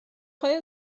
های